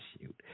shoot